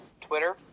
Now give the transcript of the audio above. Twitter